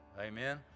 Amen